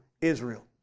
Israel